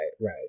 right